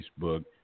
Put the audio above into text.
Facebook